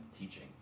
teaching